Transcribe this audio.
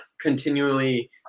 continually